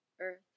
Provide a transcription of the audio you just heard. earth